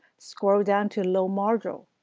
scroll down to loadmodule.